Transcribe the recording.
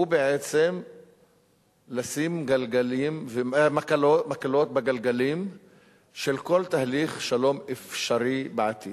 הוא בעצם לשים מקלות בגלגלים של כל תהליך שלום אפשרי בעתיד.